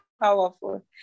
powerful